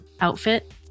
outfit